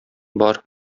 бар